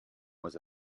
was